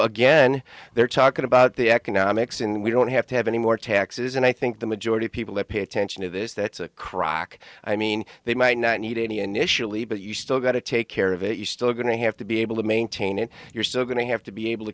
again they're talking about the economics and we don't have to have any more taxes and i think the majority of people that pay attention to this that's a crock i mean they might not need any initially but you still got to take care of it you still are going to have to be able to maintain it you're still going to have to be able to